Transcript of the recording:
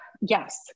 yes